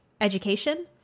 education